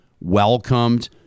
welcomed